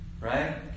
Right